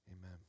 amen